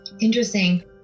Interesting